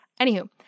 Anywho